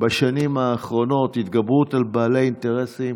בשנים האחרונות, התגברות על בעלי אינטרסים.